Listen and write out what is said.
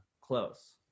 close